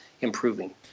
improving